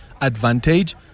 advantage